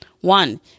One